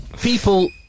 People